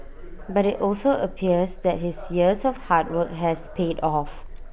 but IT also appears that his years of hard work has paid off